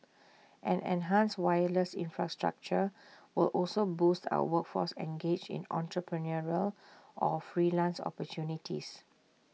an enhanced wireless infrastructure will also boost our workforce engaged in entrepreneurial or freelance opportunities